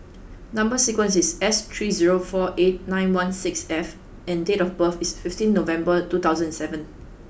number sequence is S three zero four eight nine one six F and date of birth is fifteen November two thousand seven